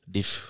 Diff